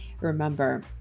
Remember